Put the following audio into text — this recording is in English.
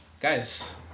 guys